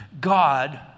God